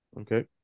Okay